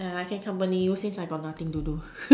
I can accompany you since I got nothing to do